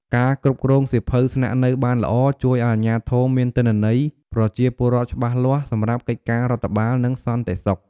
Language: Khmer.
ការគ្រប់គ្រងសៀវភៅស្នាក់នៅបានល្អ ជួយឱ្យអាជ្ញាធរមានទិន្នន័យប្រជាពលរដ្ឋច្បាស់លាស់សម្រាប់កិច្ចការរដ្ឋបាល និងសន្តិសុខ។